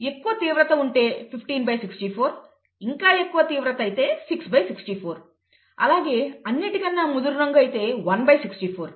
ఎక్కువ తీవ్రత ఉంటే 1564 ఇంకా ఎక్కువ తీవ్రత అయితే 664 అలాగే అన్నిటికన్నా ముదురు రంగు అయితే 164